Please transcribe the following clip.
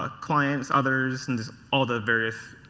ah clients, others. and just all the various